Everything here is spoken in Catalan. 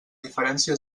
diferència